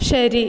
ശരി